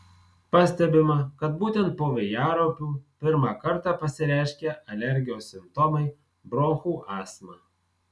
pastebima kad būtent po vėjaraupių pirmą kartą pasireiškia alergijos simptomai bronchų astma